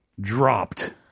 dropped